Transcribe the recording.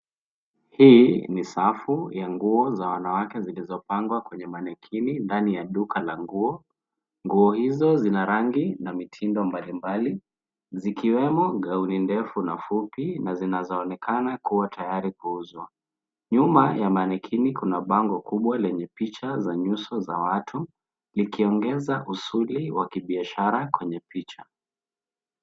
Hii ni safu ya nguo za wanawake zilizopangwa kwenye manekini ndani ya duka la nguo. Nguo hizo zina rangi na mitindo mbalimbali, zikiwemo gauni ndefu na fupi na zinazoonekana kuwa tayari kuuzwa. Nyuma ya manekini kuna bango kubwa lenye picha za nyuso za watu, likiongeza usuli wa kibiashara kwenye picha.